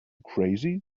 crazy